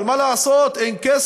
אבל מה לעשות, אין כסף,